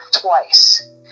twice